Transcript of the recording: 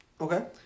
Okay